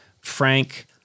Frank